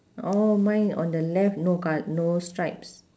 oh mine on the left no col~ no stripes